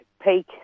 peak